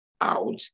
out